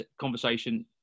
conversation